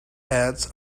ads